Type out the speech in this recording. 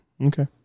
Okay